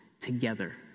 together